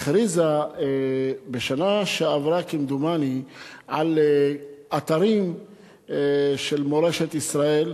הכריזה בשנה שעברה כמדומני על אתרים של מורשת ישראל.